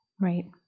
Right